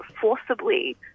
forcibly